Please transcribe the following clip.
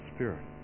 Spirit